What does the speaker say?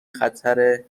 خطر